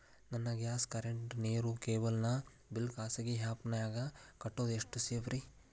ನನ್ನ gas current, ನೇರು, cable ನ ಬಿಲ್ ಖಾಸಗಿ ಆ್ಯಪ್ ನ್ಯಾಗ್ ಕಟ್ಟೋದು ಎಷ್ಟು ಸೇಫ್ರಿ?